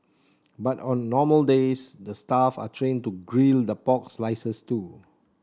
but on normal days the staff are trained to grill the pork slices too